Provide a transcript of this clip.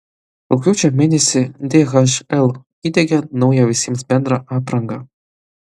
rugpjūčio mėnesį dhl įdiegia naują visiems bendrą aprangą